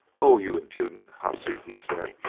oh, you impudent hussy! he said.